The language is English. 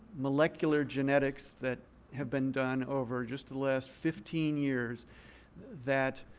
molecular genetics that have been done over just the last fifteen years that